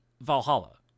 Valhalla